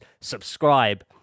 subscribe